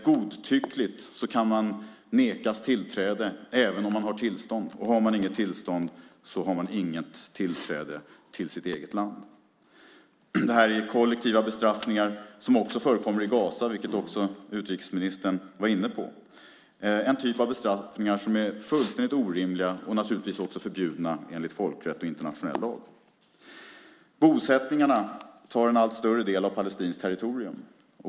Godtyckligt kan man nekas tillträde även om man har tillstånd, och har man inget tillstånd har man inget tillträde till sitt eget land. Det här är kollektiva bestraffningar, som också förekommer i Gaza, vilket utrikesministern också var inne på. Det är en typ av bestraffningar som är fullständigt orimliga och naturligtvis också förbjudna enligt folkrätt och internationell lag. Bosättningarna tar en allt större del av palestinskt territorium.